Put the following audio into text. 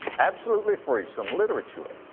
absolutley free, some literature,